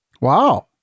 Wow